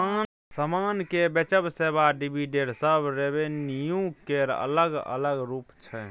समान केँ बेचब, सेबा, डिविडेंड सब रेवेन्यू केर अलग अलग रुप छै